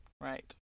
right